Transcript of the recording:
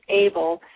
able